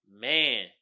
Man